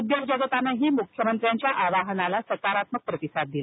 उद्योग जगतानंही मुख्यमंत्र्यांच्या आवाहनाला सकारात्मक प्रतिसाद दिला